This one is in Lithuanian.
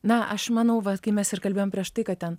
na aš manau va kai mes ir kalbėjom prieš tai kad ten